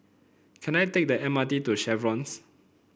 can I take the M R T to The Chevrons